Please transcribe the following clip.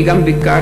אני גם ביקרתי